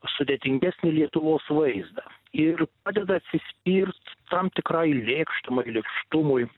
sudėtingesnį lietuvos vaizdą ir padeda atsispirt tam tikrai lėkštumą lėkštumui